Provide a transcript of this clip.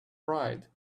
pride